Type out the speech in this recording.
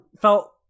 felt